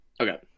Okay